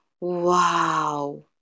wow